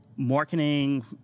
marketing